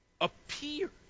appear